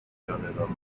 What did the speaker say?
جانب